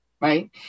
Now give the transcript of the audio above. Right